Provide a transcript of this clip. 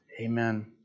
Amen